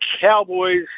Cowboys